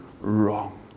wrong